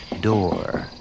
door